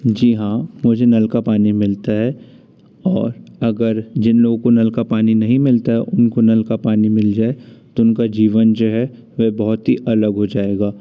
जी हाँ मुझे नल का पानी मिलता है और अगर जिन लोगों को नल का पानी नहीं मिलता है उनको नल का पानी मिल जाए तो उनका जीवन जो है वह बहुत ही अलग हो जाएगा